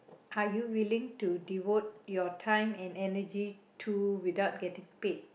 are you willing to devote your time and energy to without getting paid